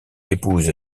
épouse